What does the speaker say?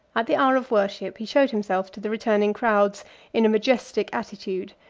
at the hour of worship, he showed himself to the returning crowds in a majestic attitude,